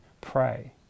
pray